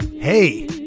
Hey